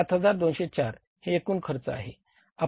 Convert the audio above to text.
7204 हे एकूण खर्च आहे